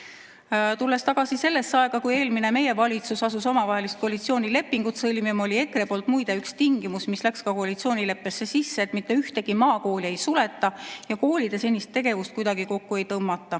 tagasi sellesse aega, kui eelmine, meie valitsus asus omavahelist koalitsioonilepingut sõlmima, oli EKRE-l muide üks tingimus, mis läks ka koalitsioonileppesse sisse: et mitte ühtegi maakooli ei suleta ja koolide senist tegevust kuidagi kokku ei tõmmata.